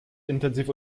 intensiv